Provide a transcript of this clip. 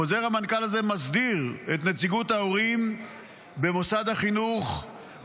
חוזר המנכ"ל הזה מסדיר את נציגות ההורים במוסד החינוך,